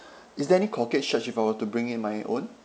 is there any corkage charge if I were to bring in my own